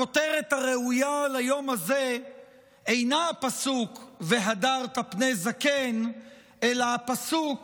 הכותרת הראויה ליום הזה אינה הפסוק "והדרת פני זקן" אלא הפסוק